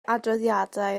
adroddiadau